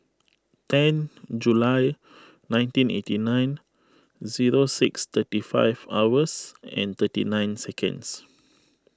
ten July nineteen eighty nine zero six thirty five hours and thirty nine seconds